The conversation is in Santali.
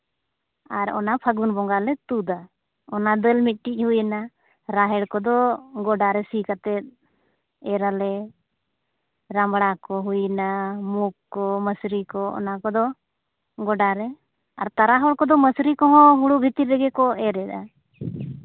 ᱟᱨ ᱚᱱᱟ ᱯᱷᱟᱹᱜᱩᱱ ᱵᱚᱸᱜᱟ ᱞᱮ ᱛᱩᱫᱟ ᱚᱱᱟ ᱫᱟᱹᱞ ᱢᱤᱫᱴᱤᱡ ᱦᱩᱭᱱᱟ ᱨᱟᱦᱮᱲ ᱠᱚᱫᱚ ᱜᱳᱰᱟᱨᱮ ᱥᱤ ᱠᱟᱛᱮ ᱮᱨ ᱟᱞᱮ ᱨᱟᱢᱲᱟ ᱠᱚ ᱦᱩᱭ ᱮᱱᱟ ᱢᱩᱠ ᱠᱚ ᱢᱟᱹᱥᱨᱤ ᱠᱚ ᱚᱱᱟ ᱠᱚᱫᱚ ᱜᱚᱰᱟᱨᱮ ᱟᱨ ᱛᱟᱨᱟ ᱦᱚᱲ ᱠᱚᱦᱚᱸ ᱢᱟᱹᱥᱨᱤ ᱠᱚᱦᱚᱸ ᱦᱳᱲᱳ ᱵᱷᱤᱛᱨᱤ ᱨᱮᱜᱮ ᱠᱚ ᱮᱨᱻ ᱮᱜᱼᱟ